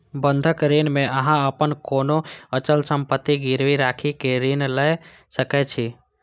बंधक ऋण मे अहां अपन कोनो अचल संपत्ति गिरवी राखि कें ऋण लए सकै छी